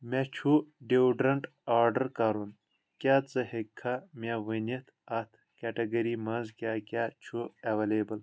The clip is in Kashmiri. مےٚ چھُ ڈِوڈرٛنٛٹ آرڈر کَرُن کیٛاہ ژٕ ہیٚکہِ کھا مےٚ ؤنِتھ اَتھ کیٚٹگٔری منٛز کیٛاہ کیٛاہ چھُ ایٚویلیبٕل